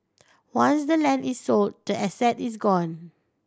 once the land is sold the asset is gone